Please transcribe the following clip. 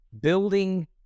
Building